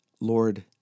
Lord